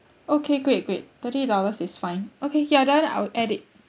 okay great great thirty dollars is fine okay ya then I will add it